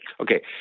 Okay